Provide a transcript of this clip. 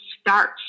start